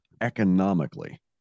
economically